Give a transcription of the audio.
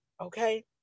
okay